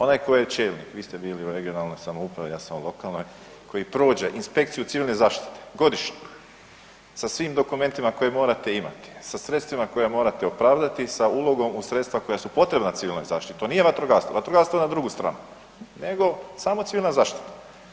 Onaj koji je čelnik, vi ste bili u regionalnoj samoupravi, ja sam u lokalnoj, koji prođe inspekciju civilne zaštite, godišnje, sa svim dokumentima koje morate imati, sa sredstvima koja morate opravdati, sa ulogom u sredstva koja su potrebna civilnoj zaštiti, to nije vatrogastvo, vatrogastvo na drugu stranu nego samo civilna zaštita.